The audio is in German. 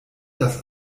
dass